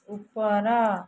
ଉପର